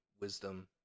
wisdom